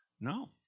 no